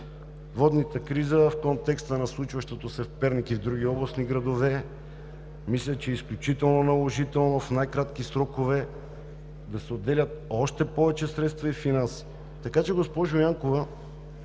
водната криза в контекста на случващото се в Перник и в други областни градове мисля, че е изключително наложително в най-кратки срокове да се отделят още повече средства и финанси. Така че, госпожо Янкова,